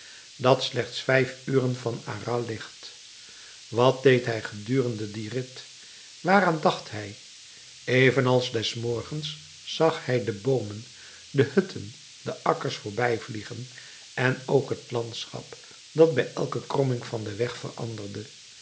dat slechts vijf uren van arras ligt wat deed hij gedurende dien rit waaraan dacht hij evenals des morgens zag hij de boomen de hutten de akkers voorbijvliegen en ook het landschap dat bij elke kromming van den weg